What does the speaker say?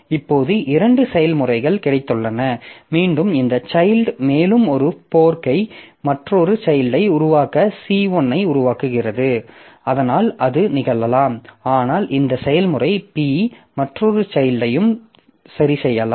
இப்போது இரண்டு செயல்முறைகள் கிடைத்துள்ளன மீண்டும் இந்த சைல்ட் மேலும் ஒரு ஃபோர்க்கை மற்றொரு சைல்ட்யை உருவாக்க C1 ஐ உருவாக்குகிறது அதனால் அது நிகழலாம் ஆனால் இந்த செயல்முறை P மற்றொரு சைல்ட்யையும் சரி செய்யலாம்